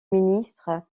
ministre